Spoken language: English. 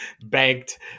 banked